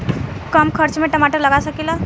कम खर्च में टमाटर लगा सकीला?